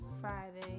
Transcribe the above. Friday